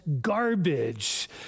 garbage